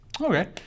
Okay